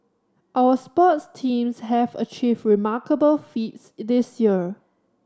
our sports teams have achieved remarkable feats this year